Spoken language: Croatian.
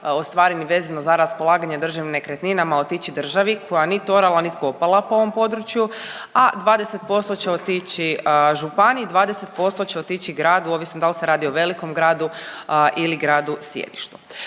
ostvareni vezano za raspolaganje državnim nekretninama otići državi koja nit orala, ni kopala po ovom području, a 20% će otići županiji, 20% će otići gradu ovisno da li se radi o velikom gradu ili gradu sjedištu.